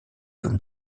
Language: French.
comme